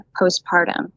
postpartum